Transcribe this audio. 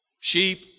Sheep